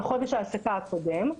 על חודש העסקה הקודם,